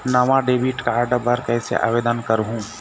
नावा debit card बर कैसे आवेदन करहूं?